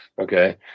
Okay